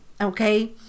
okay